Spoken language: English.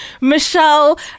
Michelle